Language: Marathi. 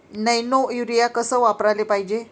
नैनो यूरिया कस वापराले पायजे?